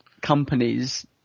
companies